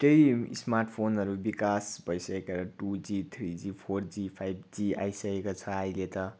त्यही स्मार्ट फोनहरू विकास भइसकेको two G three G four G five G आइसकेको छ अहिले त